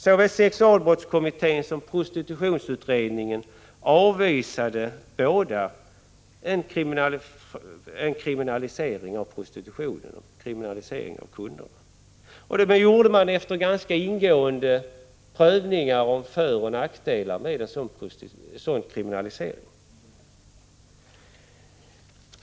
Såväl sexualbrottskommittén som prostitutionsutredningen avvisade en kriminalisering av prostitutionen och av kunderna. Det gjorde man efter ganska ingående prövningar av de föroch nackdelar som detta skulle föra med sig.